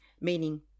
meaning